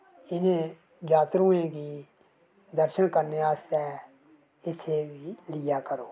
इलें जात्तरूएं गी दर्शन करनै आस्तै इत्थे बी लिआ करो